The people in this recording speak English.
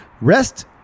Rest